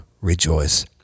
rejoice